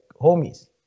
homies